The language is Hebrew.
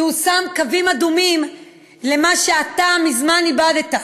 כי הוא שם קווים אדומים למה שאתה מזמן איבדת.